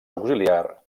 auxiliar